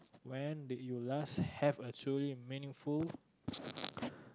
when did you last have a truly meaningful